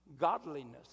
godliness